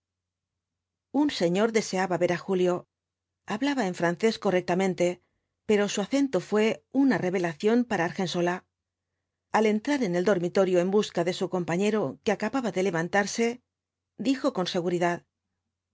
un señor deseaba ver á julio hablaba en francés correctamente pero su acento fué una revelación para argensola al entrar en el dormitorio en busca de su compañero que acababa de levantarse dijo con seguridad